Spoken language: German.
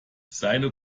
seine